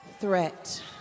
threat